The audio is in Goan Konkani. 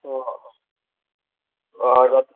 अय